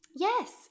Yes